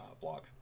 blog